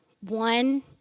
One